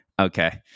Okay